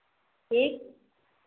ठीक